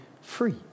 free